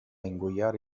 ingoiare